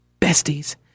Besties